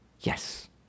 Yes